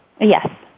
Yes